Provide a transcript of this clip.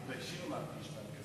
למה אתה כל פעם מזכיר את הערבים בנגב?